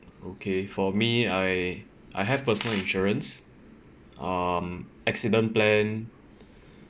okay for me I I have personal insurance um accident plan